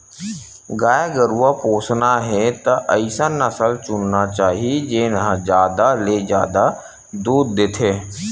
गाय गरूवा पोसना हे त अइसन नसल चुनना चाही जेन ह जादा ले जादा दूद देथे